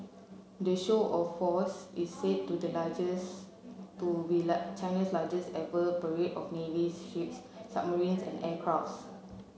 the show of force is said to the largest to be China's largest ever parade of naval ships submarines and aircrafts